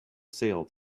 sale